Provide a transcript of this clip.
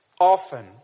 Often